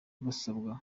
basabwa